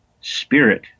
spirit